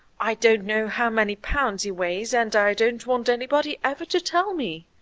i don't know how many pounds he weighs, and i don't want anybody ever to tell me!